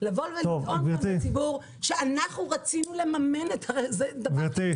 לטעון בפני הציבור שאנחנו רצינו לממן את -- גברתי,